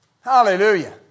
Hallelujah